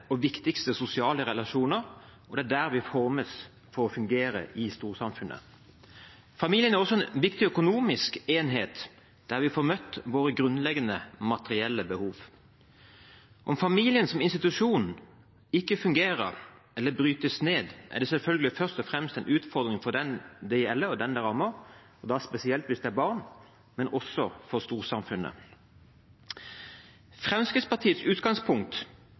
og viktigste sosiale relasjoner, og det er der vi formes for å fungere i storsamfunnet. Familien er også en viktig økonomisk enhet, der vi får møtt våre grunnleggende materielle behov. Om familien som institusjon ikke fungerer eller brytes ned, er det selvfølgelig først og fremst en utfordring for dem det gjelder, dem det rammer – spesielt hvis det er barn – men også for storsamfunnet. Fremskrittspartiets utgangspunkt